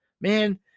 man